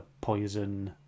poison